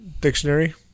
dictionary